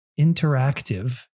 interactive